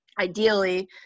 Ideally